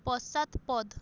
পশ্চাৎপদ